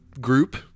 group